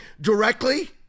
directly